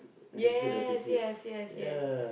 yes yes yes yes